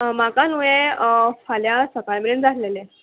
म्हाका न्हू हें फाल्यां सकाळी मेरेन जाय आसलेलें